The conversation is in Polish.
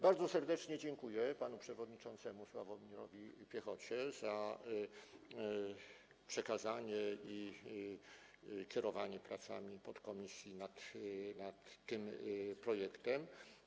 Bardzo serdecznie dziękuję panu przewodniczącemu Sławomirowi Piechocie za przekazanie... za kierowanie pracami podkomisji nad tym projektem.